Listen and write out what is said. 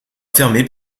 fermée